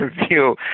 review